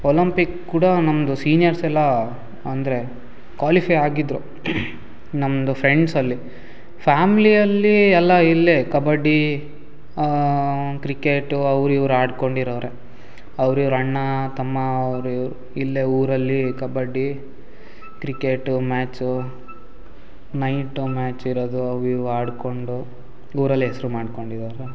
Olympic ಕೂಡ ನಮ್ಮದು seniors ಎಲ್ಲ ಅಂದರೆ ಕ್ವಾಲಿಫೈ ಆಗಿದ್ದರು ನಮ್ಮದು ಫ್ರೆಂಡ್ಸಲ್ಲಿ ಫ್ಯಾಮ್ಲಿಯಲ್ಲಿ ಎಲ್ಲ ಇಲ್ಲೇ ಕಬಡ್ಡಿ ಕ್ರಿಕೆಟು ಅವ್ರು ಇವ್ರು ಆಡ್ಕೊಂಡು ಇರೋರೆ ಅವ್ರು ಇವ್ರು ಅಣ್ಣ ತಮ್ಮ ಅವ್ರು ಇವ್ರು ಇಲ್ಲೇ ಊರಲ್ಲಿ kabaddi cricket match night match ಇರೋದು ಅವು ಇವು ಆಡಿಕೊಂಡು ಊರಲ್ಲಿ ಹೆಸರು ಮಾಡ್ಕೊಂಡಿದ್ದಾರೆ